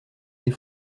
des